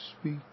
speak